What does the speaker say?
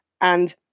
And-